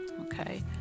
okay